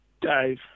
Dave